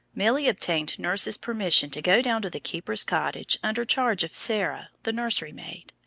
milly obtained nurse's permission to go down to the keeper's cottage under charge of sarah, the nursery maid.